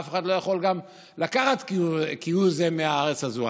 ואף אחד לא יכול לקחת כהוא זה מהארץ הזאת,